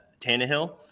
Tannehill